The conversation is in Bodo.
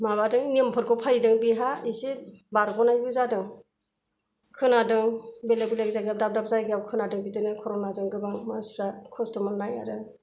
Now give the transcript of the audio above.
माबादों नियमफोरखौ फालिदों बिहा एसे बारग'नायबो जादों खोनादों बेलेख बेलेख जायगायाव दाब दाब जायगायाव खोनादों बिदिनो कर'नाजों गोबां मानसिफ्रा खस्थ' मोननाय आरो